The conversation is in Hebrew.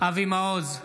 אבי מעוז,